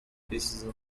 precisam